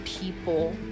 people